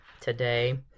today